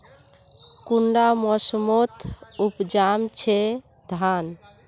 कुंडा मोसमोत उपजाम छै धान?